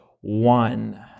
one